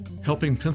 helping